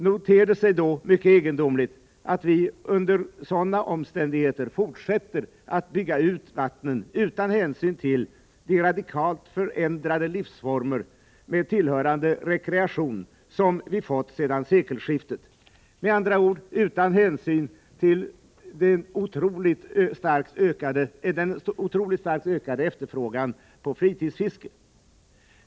Nog ter det sig då mycket egendomligt att vi under sådana omständigheter fortsätter att bygga ut vattnen utan hänsyn till de radikalt förändrade livsformer, med tillhörande rekreation, som vi har fått sedan sekelskiftet, med andra ord utan hänsyn till den otroligt starkt ökade efterfrågan på fritidsfiske.